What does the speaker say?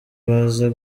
baza